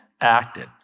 acted